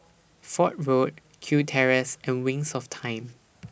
Fort Road Kew Terrace and Wings of Time